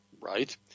right